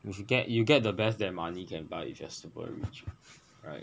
if you get you get the best that money can buy you just super rich right